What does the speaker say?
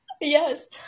Yes